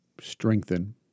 strengthen